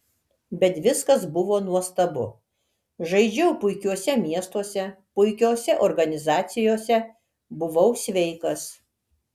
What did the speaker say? bet viskas buvo nuostabu žaidžiau puikiuose miestuose puikiose organizacijose buvau sveikas